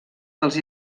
dels